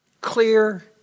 clear